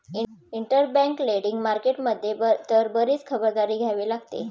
interbank lending market मध्ये तर बरीच खबरदारी घ्यावी लागते